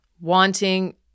wanting